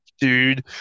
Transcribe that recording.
Dude